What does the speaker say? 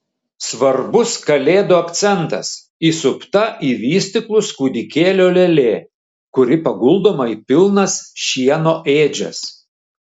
svarbus kalėdų akcentas įsupta į vystyklus kūdikėlio lėlė kuri paguldoma į pilnas šieno ėdžias